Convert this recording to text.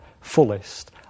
fullest